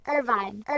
Irvine